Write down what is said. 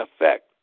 effect